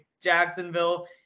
jacksonville